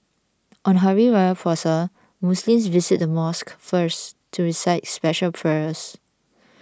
on Hari Raya Puasa Muslims visit the mosque first to recite special prayers